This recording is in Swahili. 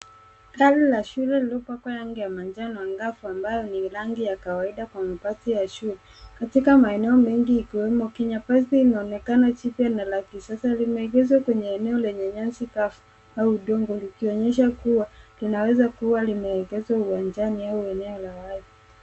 Gari la shule lililopakwa rangi la manjano na angavu ambayo ni rangi ya kawaida katika mapati ya juu katika maeneo mengi ikiwemo inaonekana jipe la kisasa imeegeshwa kwenye nyasi kavu na udongo likionyesha kuwa linaweza kuwa limeegeshwa kwa njiani au eneo la wazi.